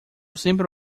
sempre